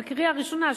בקריאה ראשונה,